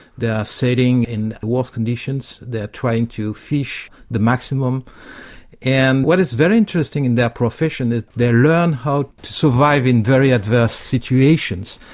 are sailing in worst conditions, they are trying to fish the maximum and what is very interesting in their profession is they learn how to survive in very adverse situations.